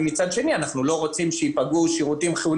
ומצד שני אנחנו לא רוצים שייפגעו שירותים לאזרחים